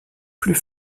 plus